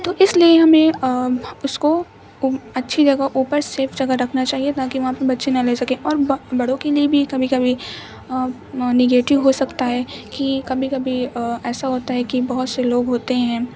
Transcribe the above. تو اس لیے ہمیں اس کو اچھی جگہ اوپر سیف جگہ رکھنا چاہیے تاکہ وہاں پہ بچے نہ لے سکیں اور بڑوں کے لیے بھی کبھی کبھی نگیٹیو ہو سکتا ہے کہ کبھی کبھی ایسا ہوتا ہے کہ بہت سے لوگ ہوتے ہیں